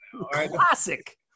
classic